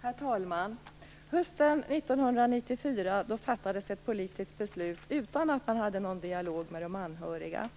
Herr talman! Hösten 1994 fattades ett politiskt beslut utan någon dialog med de anhöriga.